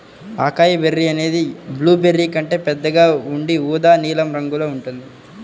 acai berry అనేది blueberry కంటే పెద్దగా ఉండి ఊదా నీలం రంగులో ఉంటుంది